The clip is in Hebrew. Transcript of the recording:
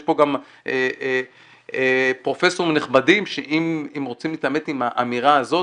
יש פה גם פרופסורים נכבדים שאם רוצים להתעמת עם האמירה הזאת,